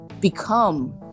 become